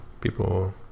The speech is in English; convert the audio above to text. people